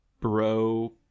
bro